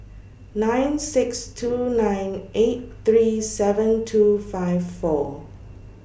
nine six two nine eight three seven two five four